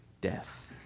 death